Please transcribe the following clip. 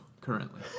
currently